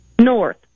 North